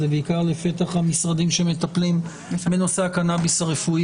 זה בעיקר לפתח המשרדים שמטפלים בנושא הקנאביס הרפואי.